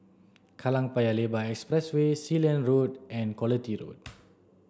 Kallang Paya Lebar Expressway Sealand Road and Quality Road